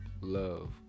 love